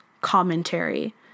commentary